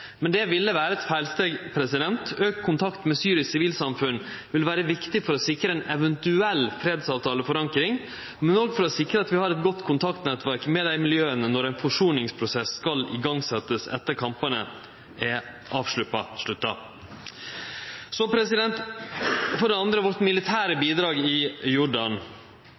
men det ville vere eit feilsteg. Auka kontakt med syrisk sivilsamfunn vil vere viktig for å sikre ei eventuell fredsavtaleforankring, men òg for å sikre at vi har eit godt kontaktnettverk med dei miljøa når ein forsoningsprosess skal setjast i gang etter at kampane er avslutta. For det andre: vårt militære bidrag i Jordan.